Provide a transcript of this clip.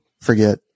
forget